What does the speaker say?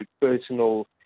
personal